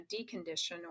decondition